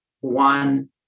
one